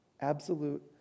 Absolute